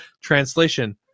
translation